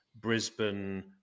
Brisbane